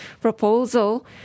proposal